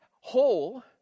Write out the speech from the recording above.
whole